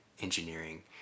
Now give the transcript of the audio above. engineering